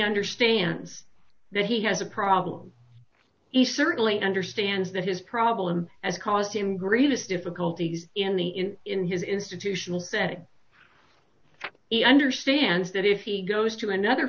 understands that he has a problem he certainly understands that his problem has caused him greatest difficulties in the in in his institutional setting he understands that if he goes to another